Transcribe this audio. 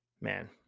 Man